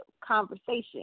conversation